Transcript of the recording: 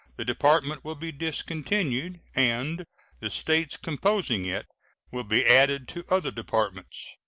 the department will be discontinued, and the states composing it will be added to other departments,